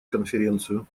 конференцию